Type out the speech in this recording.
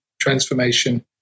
transformation